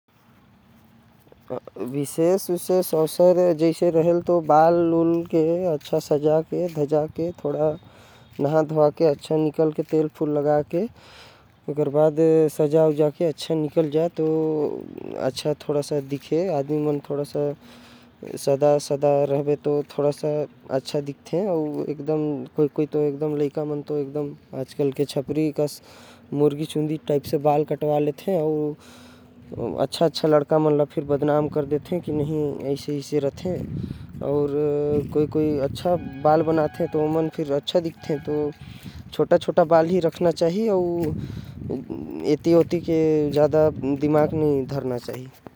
विशेष अवसर म बाल के बढ़िया सजा लेना चाही। ताकि ओ हर बढ़िया दिखी नहा के शैम्पू लगा के। ओकर बाद तेल लगा कि निकलना चाही। अउ बाल भी बढ़िया छोट छोट कटवाना चाही अगर तै लइका हस तो।